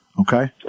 okay